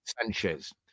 Sanchez